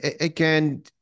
Again